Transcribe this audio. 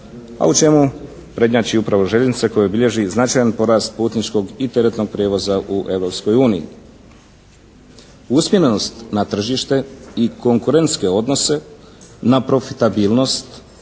a u čemu prednjači upravo željeznica koja bilježi značajan porast putničkog i teretnog prijevoza u Europskoj uniji. Usmjerenost na tržište i konkurentske odnose na profitabilnost